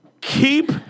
keep